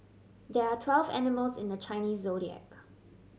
there are twelve animals in the Chinese Zodiac